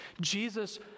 Jesus